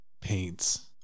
paints